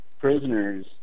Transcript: prisoners